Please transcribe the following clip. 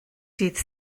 dydd